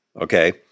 okay